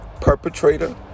perpetrator